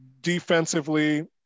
defensively